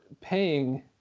paying